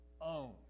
own